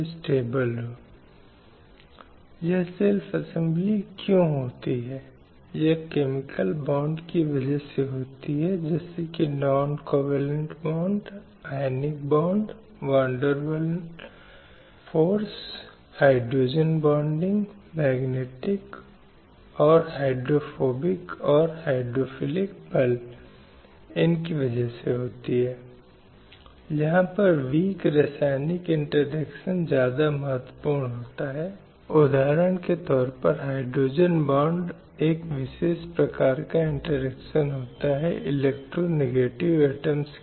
slide समय संदर्भ 0609 CEDAW के बाद फिर महिलाओं के खिलाफ हिंसा को खत्म करने की घोषणा 1993 की घोषणा के बाद हुई थी अब यह एक अंतर्राष्ट्रीय मानवाधिकार उपकरण था जो महिलाओं के खिलाफ हिंसा के मुद्दे से विशेष रूप से निपटने के लिए पुष्टि करता था